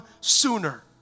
sooner